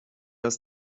das